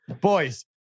boys